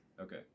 Okay